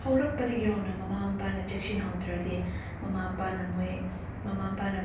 ꯍꯧꯔꯛꯄꯗꯒꯤ ꯍꯧꯅ ꯃꯃꯥ ꯃꯄꯥꯅ ꯆꯦꯛꯁꯤꯟꯍꯧꯗ꯭ꯔꯗꯤ ꯃꯃꯥ ꯃꯄꯥꯅ ꯃꯣꯏ ꯃꯃꯥ ꯃꯄꯥꯅ